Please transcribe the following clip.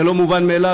זה לא מובן מאליו,